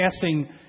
passing